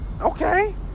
Okay